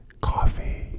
Coffee